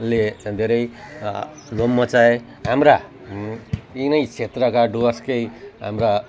धेरै धुम मच्चाए हाम्रा तिनै क्षेत्रका डुवर्सकै हाम्रा